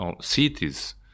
cities